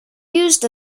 just